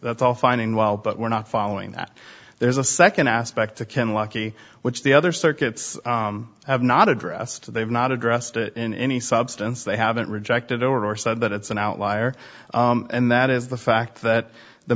that's all fine and while but we're not following that there's a second aspect to ken lucky which the other circuits have not addressed they've not addressed it in any substance they haven't rejected or said that it's an outlier and that is the fact that the